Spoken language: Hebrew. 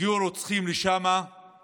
הגיעו לשם רוצחים